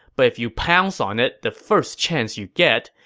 but if you pounce on it the first chance you get,